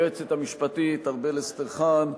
ליועצת המשפטית ארבל אסטרחן,